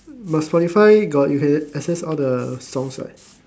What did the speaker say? but spotify got you can access all the songs what